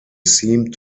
seemed